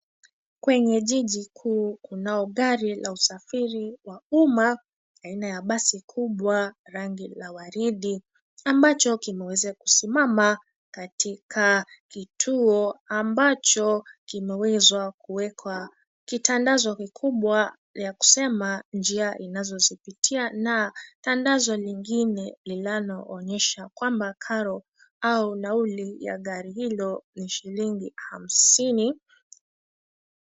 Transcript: Kwenye jiji juu kunao gari la usafiri wa umma, aina ya basi kubwa, rangi la waridi ambacho kimeweza kusimama, katika kituo ambacho kimeweza kuwekwa kitandazo kikubwa ya kusema njia inazozipitia na tandazo lingine linaloonyesha kwamba karo au nauli ya gari hilo ni shillingi hamsini.